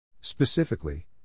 Specifically